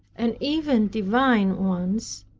and even divine ones,